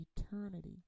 eternity